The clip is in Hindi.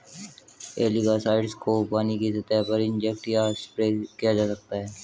एलगीसाइड्स को पानी की सतह पर इंजेक्ट या स्प्रे किया जा सकता है